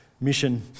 Mission